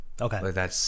Okay